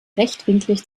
rechtwinklig